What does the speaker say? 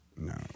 no